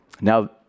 Now